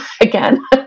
again